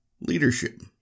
leadership